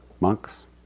monks